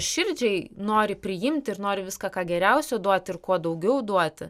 širdžiai nori priimti ir nori viską ką geriausio duoti ir kuo daugiau duoti